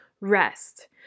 rest